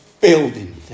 building